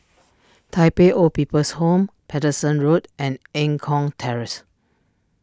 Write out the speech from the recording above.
Tai Pei Old People's Home Paterson Road and Eng Kong Terrace